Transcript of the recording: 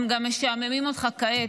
הם משעממים אותך גם כעת,